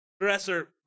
Dresser